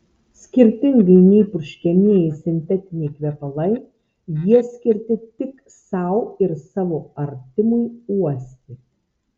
skirtingai nei purškiamieji sintetiniai kvepalai jie skirti tik sau ir savo artimui uosti